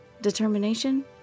determination